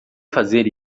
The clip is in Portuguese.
fazer